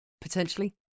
potentially